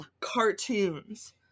cartoons